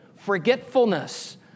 forgetfulness